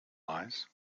lies